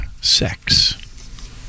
sex